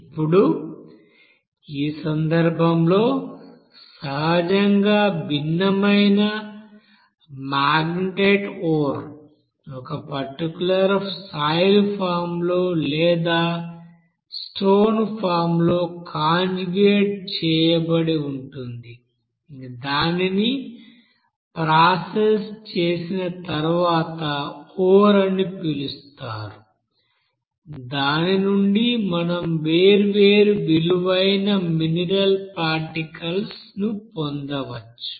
ఇప్పుడు ఈ సందర్భంలో సహజంగా భిన్నమైన మాగ్నెటైట్ ఓర్ ఒక పర్టిక్యూలర్ సాయిల్ ఫామ్ లో లేదా స్టోన్ ఫామ్ లో కాంజుగేట్ చేయబడి ఉంటుంది దానిని ప్రాసెస్ చేసిన తర్వాత ఓర్ అని పిలుస్తారు దాని నుండి మనం వేర్వేరు విలువైన మినరల్ పార్టికల్స్ ను పొందవచ్చు